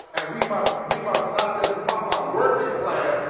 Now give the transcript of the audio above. and we must we must not just talking about working class,